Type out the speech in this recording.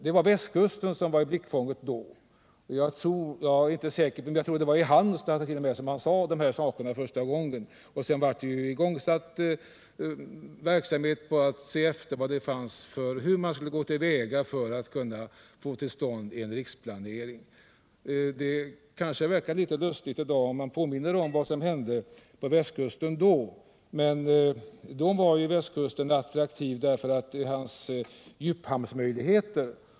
Det var västkusten som var i blickfånget då, och jag tror t.o.m. att det var i Helsingborg han tog upp de här sakerna för första gången. Sedan igångsattes arbetet på hur man skulle gå till väga för att få till stånd en riksplanering. Det som hände på västkusten då kanske i dag verkar litet lustigt. Men då var ju västkusten attraktiv, för där fanns djuphamnsmöjligheter.